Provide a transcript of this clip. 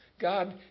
God